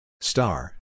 Star